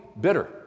bitter